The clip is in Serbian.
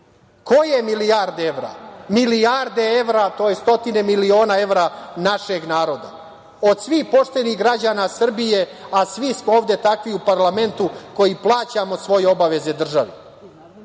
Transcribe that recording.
Koje milijarde evra? Milijarde evra, tj. stotine miliona evra našeg naroda, od svih poštenih građana Srbije, a svi smo ovde takvi u parlamentu, koji plaćamo svoje obaveze državi